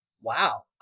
wow